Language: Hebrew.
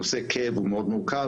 נושא כאב הוא מאוד מורכב,